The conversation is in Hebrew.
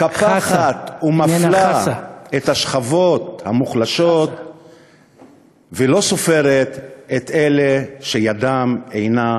מקפחת ומפלה את השכבות המוחלשות ולא סופרת את אלה שידם אינה משגת.